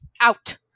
out